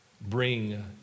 Bring